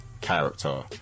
Character